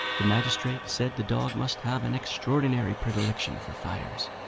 the magistrate said the dog must have an extraordinary predilection for fires.